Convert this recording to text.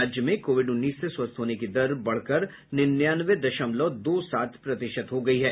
राज्य में कोविड उन्नीस से स्वस्थ होने की दर बढ़कर निन्यानवें दशमलव दो सात प्रतिशत हो गई है